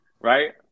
right